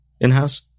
in-house